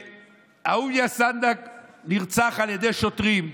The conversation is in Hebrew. כשאהוביה סנדק נרצח על ידי שוטרים בטעות,